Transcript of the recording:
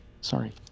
sorry